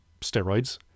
Steroids